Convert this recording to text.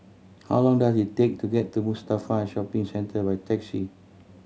how long does it take to get to Mustafa Shopping Centre by taxi